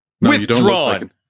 Withdrawn